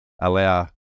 allow